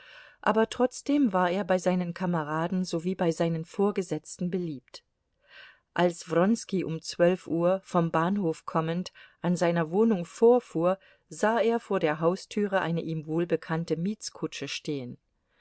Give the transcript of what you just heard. aber trotzdem war er bei seinen kameraden sowie bei seinen vorgesetzten beliebt als wronski um zwölf uhr vom bahnhof kommend an seiner wohnung vorfuhr sah er vor der haustür eine ihm wohlbekannte mietskutsche stehen